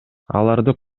аларды